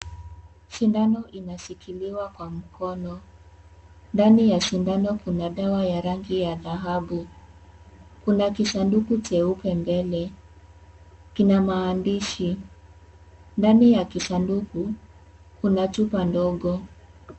Sindano inashikiliwa kwa mkono. Ndani ya sindano kuna dawa ya rangi ya dhahabu. Kuna kisanduku cheupe mbele. Kina maandishi. Ndani ya kisanduku kuna chupa ndogo.